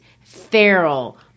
feral